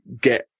get